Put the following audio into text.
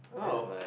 oh